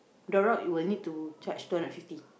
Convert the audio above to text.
the rock will need to charge two hundred fifty